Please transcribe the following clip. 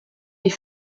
est